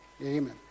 amen